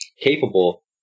capable